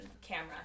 camera